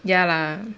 ya lah